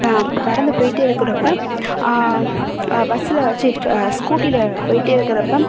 நடந்து போயிகிட்டே இருக்கிறப்ப பஸ்ஸில் ச்சி ஸ்கூட்டியில் போயிகிட்டே இருக்கிறப்ப